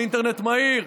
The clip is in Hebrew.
לאינטרנט מהיר?